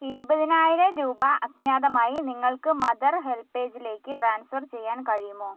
ഇരുപതിനായിരം രൂപ അജ്ഞാതമായി നിങ്ങൾക്ക് മദർ ഹെൽപ്പേജിലേക്ക് ട്രാൻസ്ഫർ ചെയ്യാൻ കഴിയുമോ